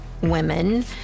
women